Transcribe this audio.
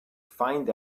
find